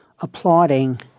applauding